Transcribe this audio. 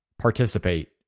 participate